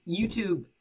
YouTube